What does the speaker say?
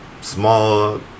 small